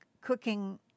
cooking